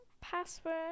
Password